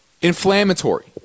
inflammatory